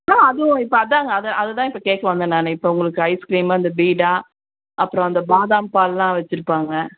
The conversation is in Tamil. ஆ அதும் இப்போ அதாங்க அது அது தான் இப்போ கேட்க வந்தேன் நான் இப்போ உங்களுக்கு ஐஸ்கிரீம் அந்த பீடா அப்புறோம் அந்த பாதாம் பால் எல்லாம் வச்சுருப்பாங்க